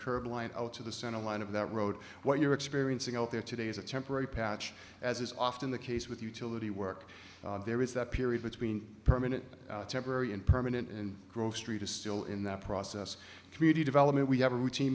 curb line to the centerline of that road what you're experiencing out there today is a temporary patch as is often the case with utility work there is that period between permanent temporary and permanent and grove street is still in that process community development we have a routine